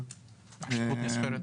שותפות נסחרת?